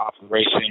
operation